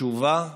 תשובה אליפות.